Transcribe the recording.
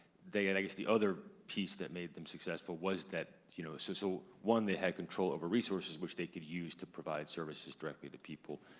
and i guess the other piece that made them successful was that, you know so so one, they had control over resources, which they could use to provide services directly to people,